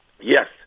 Yes